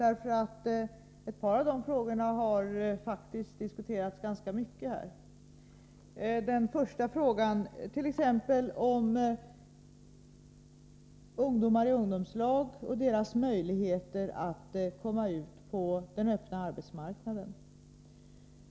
Ett par av dem har vi faktiskt diskuterat ganska ingående, t.ex. frågan om ungdomar i ungdomslag och ungdomarnas möjligheter att komma ut på den öppna arbetsmarknaden.